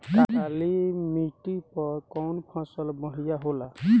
काली माटी पर कउन फसल बढ़िया होला?